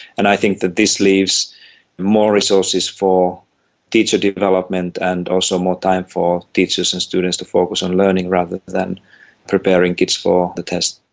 and i think that this leaves more resources for teacher development, and also more time for teachers and students to focus on learning rather than preparing kids for the test.